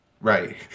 Right